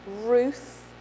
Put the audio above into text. Ruth